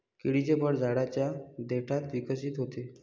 केळीचे फळ झाडाच्या देठात विकसित होते